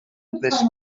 this